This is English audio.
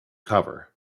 cover